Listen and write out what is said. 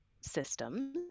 system